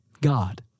God